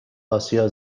آسیا